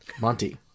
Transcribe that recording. Monty